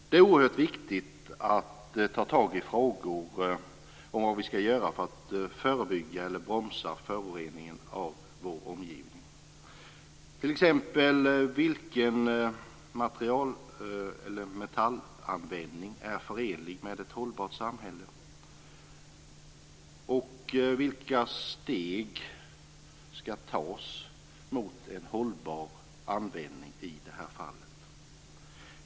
Det är oerhört viktigt att ta itu med frågor om vad vi skall göra för att förebygga eller bromsa föroreningen av vår omgivning. Vilken metallanvändning är förenlig med ett hållbart samhälle? Vilka steg skall tas mot en hållbar användning i det här fallet?